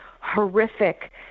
horrific